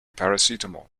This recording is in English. paracetamol